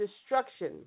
destruction